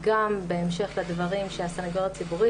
בהמשך לדברים שאמר נציג הסנגוריה הציבורית,